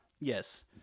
Yes